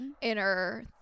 inner